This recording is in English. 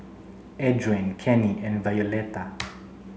Adrain Kenny and Violetta